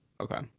okay